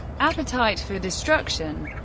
appetite for destruction